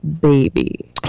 baby